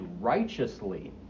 righteously